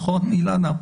נכון, אילנה?